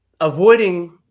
avoiding